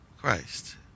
Christ